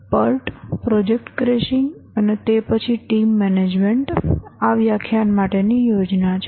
PERT project crashing અને તે પછી ટીમ મેનેજમેન્ટ છે જે આ વ્યાખ્યાન માટેની યોજના છે